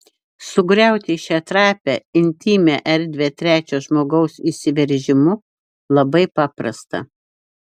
sugriauti šią trapią intymią erdvę trečio žmogaus įsiveržimu labai paprasta